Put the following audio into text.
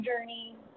journey